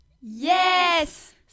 Yes